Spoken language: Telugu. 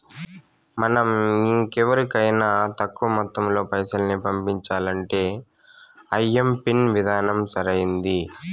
మనం ఇంకెవరికైనా తక్కువ మొత్తంలో పైసల్ని పంపించాలంటే ఐఎంపిన్ విధానం సరైంది